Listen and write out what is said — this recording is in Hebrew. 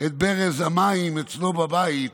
את ברז המים אצלו בבית,